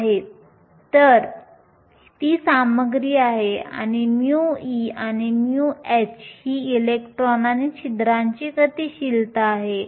तर ती सामग्री आहे आणि μe आणि μh ही इलेक्ट्रॉन आणि छिद्रांची गतिशीलता आहे